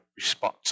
response